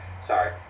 sorry